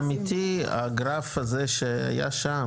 זה אומר שבאמיתי הגרף הזה שהיה שם